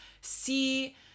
see